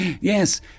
Yes